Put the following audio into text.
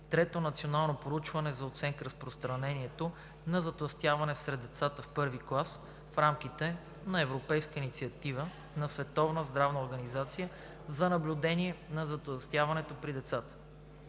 Трето национално проучване за оценка разпространението на затлъстяване сред децата в I клас, в рамките на „Европейска инициатива на Световната здравна организация за наблюдение на затлъстяването при децата“.